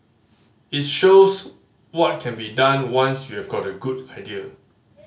it shows what can be done once you've got a good idea